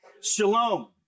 Shalom